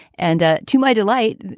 and ah to my delight,